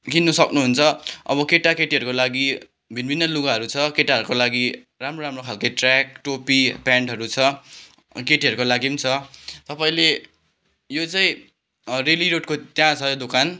किन्नु सक्नु हुन्छ अब केटा केटीहरूको लागि भिन्नभिन्नै लुगाहरू छ केटाहरूको लागि राम्रो राम्रो खालको ट्रयाक टोपी प्यान्टहरू छ केटीहरूको लागि पनि छ तपाईँले यो चाहिँ रेली रोडको त्यहाँ छ यो दोकान